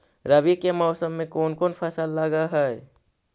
रवि के मौसम में कोन कोन फसल लग है?